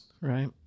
Right